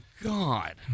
god